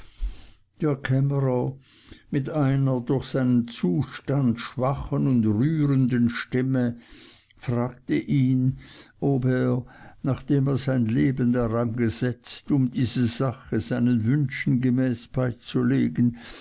mit einer durch seinen zustand schwachen und rührenden stimme fragte ihn ob er nachdem er sein leben daran gesetzt um diese sache seinen wünschen gemäß beizulegen